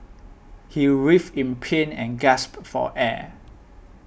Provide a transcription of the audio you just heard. he writhed in pain and gasped for air